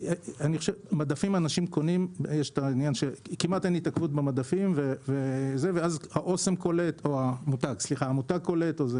כמעט אין --- במדפים ואז המותג קולט.